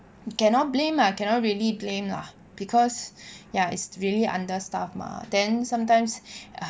you cannot blame lah cannot really blame lah because ya it's really understaff mah then sometimes